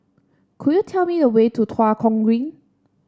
could you tell me the way to Tua Kong Green